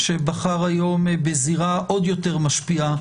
שבחר היום בזירה עוד יותר משפיעה